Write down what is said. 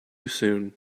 soon